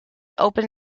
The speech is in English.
open